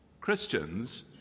Christians